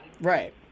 Right